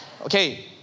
Okay